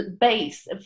base